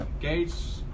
Gates